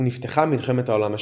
ונפתחה מלחמת העולם השנייה.